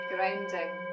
Grounding